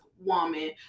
woman